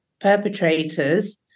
perpetrators